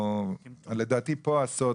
לדעתי פה הסוד